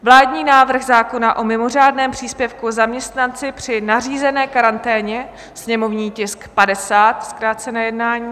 Vládní návrh zákona o mimořádném příspěvku zaměstnanci při nařízené karanténě, sněmovní tisk 50 zkrácené jednání;